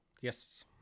Yes